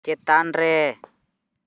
ᱪᱮᱛᱟᱱᱨᱮ